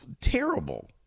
terrible